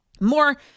More